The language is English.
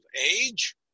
age